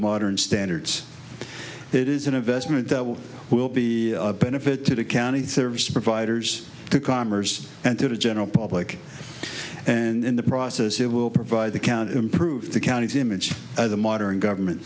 modern standards it is an investment that will will be a benefit to the county service providers to commerce and to the general public and in the process it were provide the count improve the county's image of the modern government